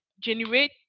generate